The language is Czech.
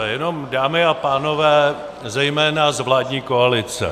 Jenom, dámy a pánové, zejména z vládní koalice.